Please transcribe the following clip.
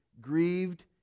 grieved